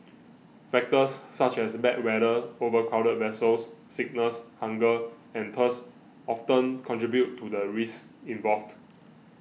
factors such as bad weather overcrowded vessels sickness hunger and thirst often contribute to the risks involved